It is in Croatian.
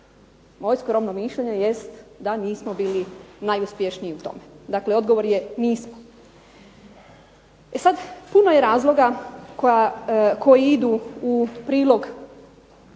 moje skromno mišljenje jest da nismo bili najuspješniji u tome. Dakle, odgovor je nismo. E sad, puno je razloga koji idu u prilog